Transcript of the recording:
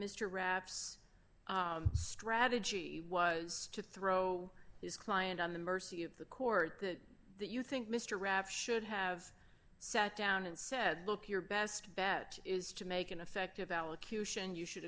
rap's strategy was to throw his client on the mercy of the court that you think mr rap should have sat down and said look your best bet is to make an effective elocution you should